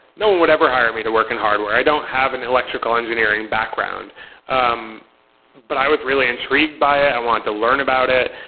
no one would ever hire me to work in hardware. i don't have an electrical engineering background um but i was really intrigued by it. i wanted to learn about it.